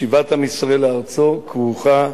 שיבת עם ישראל לארצו כרוכה,